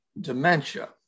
dementia